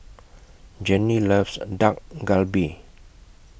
Jennie loves Dak Galbi